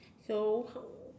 so